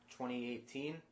2018